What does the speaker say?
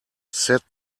set